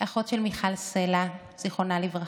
אחותה של מיכל סלה, זיכרונה לברכה,